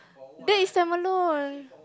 that is time alone